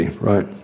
right